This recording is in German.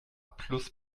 plus